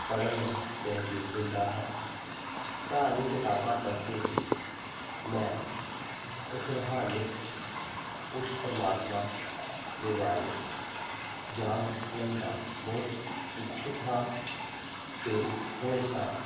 ਪੜ੍ਹਨ ਨੂੰ ਤਹਿਜੀਵ ਦਿੰਦਾ ਹਾਂ ਧਾਰਮਿਕ ਕਿਤਾਬਾਂ ਪੜ੍ਹ ਕੇ ਹੀ ਮੈਂ ਉਸ ਰੂਹਾਨੀਅਤ ਉਸ ਪਰਮਾਤਮਾ ਦੇ ਬਾਰੇ ਜਾਣਨ ਦਾ ਬਹੁਤ ਉਤਸੁਕ ਹਾਂ ਅਤੇ ਹਮੇਸ਼ਾ